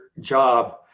job